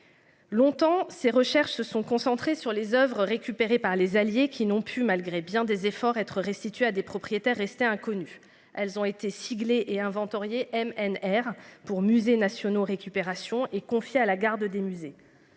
Longtemps, ces recherches se sont concentrées sur les Oeuvres récupérées par les alliés qui n'ont pu malgré bien des efforts, être restitués à des propriétaires restait inconnu. Elles ont été siglés et inventorié MNR pour Musées Nationaux récupération et confiés à la garde des musées